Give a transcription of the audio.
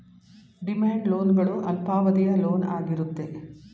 demand loan ಗಳು ಅಲ್ಪಾವಧಿಯ loan ಆಗಿರುತ್ತೆ